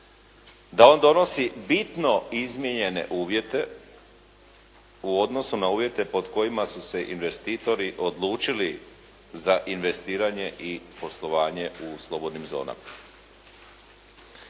da on donosi bitno izmijenjene uvjete u odnosu na uvjete pod kojima su se investitori odlučili za investiranje i poslovanje u slobodnim zonama.